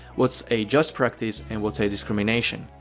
what's a just practice and what's a discrimination.